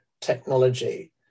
technology